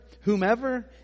Whomever